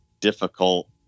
difficult